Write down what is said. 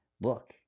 Look